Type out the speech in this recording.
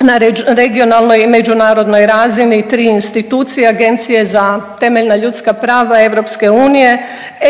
na regionalnoj međunarodnoj razini 3 institucije, Agencije za temeljna ljudska prava EU,